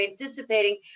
anticipating